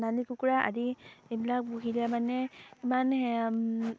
সোণালী কুকুৰা আদি এইবিলাক পুহিলে মানে ইমান